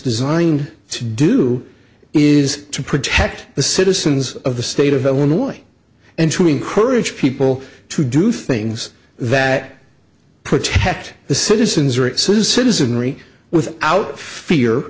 designed to do is to protect the citizens of the state of illinois and to encourage people to do things that protect the citizens or it says citizenry with out of fear